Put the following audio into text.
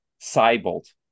Cybolt